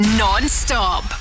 non-stop